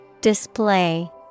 Display